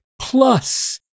plus